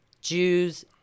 Jews